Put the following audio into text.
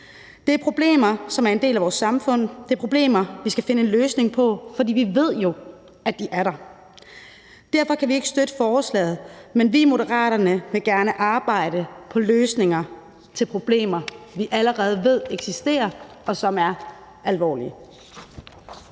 Det er problemer, som er en del af vores samfund. Det er problemer, vi skal finde en løsning på, for vi ved jo, at de er der. Derfor kan vi ikke støtte forslaget. Men vi i Moderaterne vil gerne arbejde på løsninger af problemer, vi allerede ved eksisterer, og som er alvorlige.